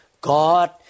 God